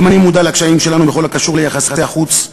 גם אני מודע לקשיים שלנו בכל הקשור ליחסי החוץ.